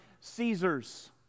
Caesar's